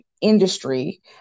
industry